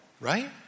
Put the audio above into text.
right